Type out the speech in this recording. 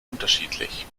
unterschiedlich